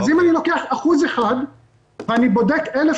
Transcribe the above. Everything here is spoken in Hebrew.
אז אם אני לוקח אחוז אחד ואני בודק 1,000